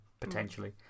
potentially